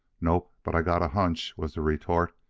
nope, but i got a hunch, was the retort,